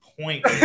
point